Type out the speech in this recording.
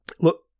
look